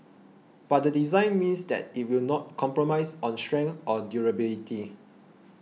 but the design means that it will not compromise on strength or durability